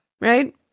Right